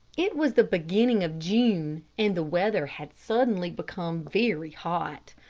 it was the beginning of june and the weather had suddenly become very hot.